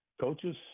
coaches